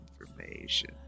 information